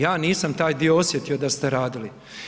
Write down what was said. Ja nisam taj dio osjetio da ste radili.